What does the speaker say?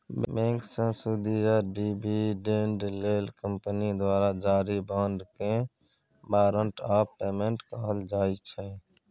बैंकसँ सुदि या डिबीडेंड लेल कंपनी द्वारा जारी बाँडकेँ बारंट आफ पेमेंट कहल जाइ छै